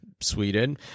Sweden